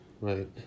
Right